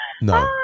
No